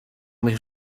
mych